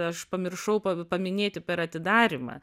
aš pamiršau pa paminėti per atidarymą